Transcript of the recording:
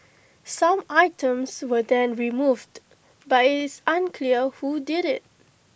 some items were then removed but IT is unclear who did IT